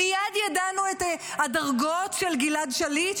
מייד ידענו את הדרגות של גלעד שליט,